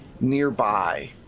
nearby